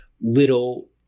little